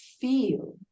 feel